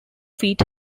feet